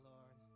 Lord